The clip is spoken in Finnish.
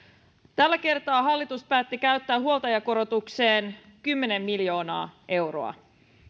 tällä kertaa hallitus päätti käyttää huoltajakorotukseen kymmenen miljoonaa euroa